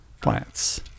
Plants